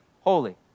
holy